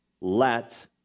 let